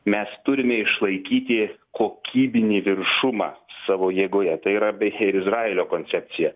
mes turime išlaikyti kokybinį viršumą savo jėgoje tai yra beje izraelio koncepcija